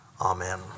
Amen